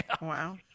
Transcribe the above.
Wow